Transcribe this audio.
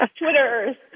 Twitterers